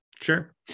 Sure